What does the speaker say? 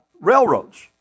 railroads